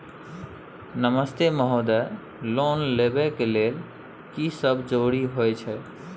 नमस्ते महोदय, लोन लेबै के लेल की सब जरुरी होय छै?